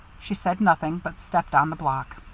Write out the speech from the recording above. she said nothing, but stepped on the block.